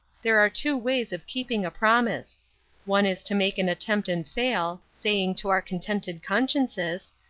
there are two ways of keeping a promise one is to make an attempt and fail, saying to our contented consciences,